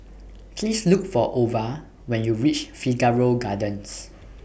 Please Look For Ova when YOU REACH Figaro Gardens